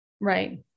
Right